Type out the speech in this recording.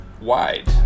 wide